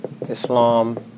Islam